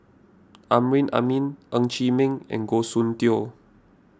Amrin Amin Ng Chee Meng and Goh Soon Tioe